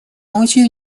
очень